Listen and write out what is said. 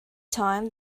time